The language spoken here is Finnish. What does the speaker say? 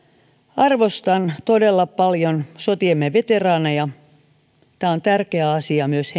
arvostan todella paljon sotiemme veteraaneja tämä on tärkeä asia myös